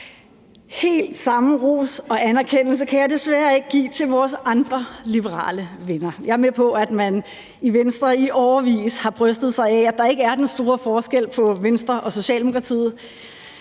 Helt samme ros og anerkendelse kan jeg desværre ikke give til vores andre liberale venner. Jeg er med på, at man i Venstre i årevis har brystet sig af, at der ikke er den store forskel på Venstre og Socialdemokratiet.